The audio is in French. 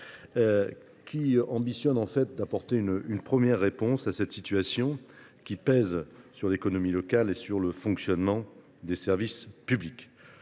a pour objectif d’apporter une première réponse à cette situation qui pèse sur l’économie locale et sur le fonctionnement des services publics.